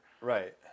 Right